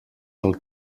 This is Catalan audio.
del